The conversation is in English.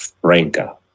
franca